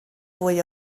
fwy